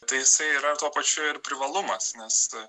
tai jisai yra tuo pačiu ir privalumas nes